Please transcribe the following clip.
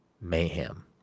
mayhem